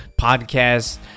podcasts